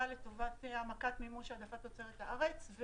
לטובת העמקת מימוש העדפת תוצרת הארץ.